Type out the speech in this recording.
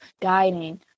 guiding